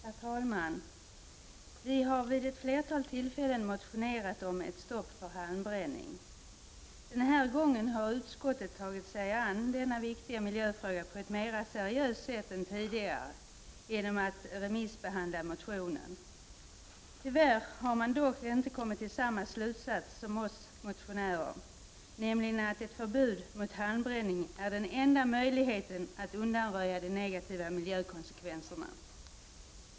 Herr talman! Vi motionärer har vid ett flertal tillfällen motionerat om ett stopp för halmbränning. Den här gången har utskottet genom att remissbehandla motionen tagit sig an denna viktiga miljöfråga på ett mera seriöst sätt än tidigare. Tyvärr har man dock inte kommit till samma slutsats som oss motionärer, nämligen att ett förbud mot halmbränning är den enda möjligheten att undanröja de negativa miljökonsekvenserna.